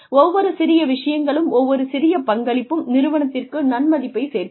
ஒவ்வொரு சிறிய விஷயங்களும் ஒவ்வொரு சிறிய பங்களிப்பும் நிறுவனத்திற்கு நன்மதிப்பை சேர்க்கிறது